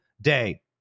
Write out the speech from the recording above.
Day